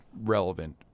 relevant